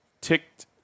Ticked